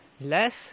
less